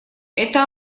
это